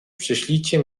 przyślijcie